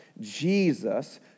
Jesus